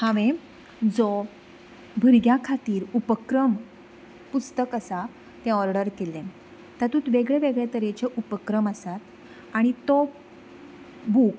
हांवें जे भुरग्यां खातीर उपक्रम पुस्तक आसा तें ऑर्डर केल्लें तातूंत वेगळे वेगळे तरेचे उपक्रम आसात आनी तो बूक